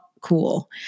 cool